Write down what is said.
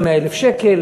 של 100,000 שקל.